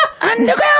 Underground